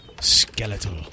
Skeletal